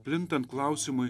plintant klausimui